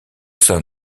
sein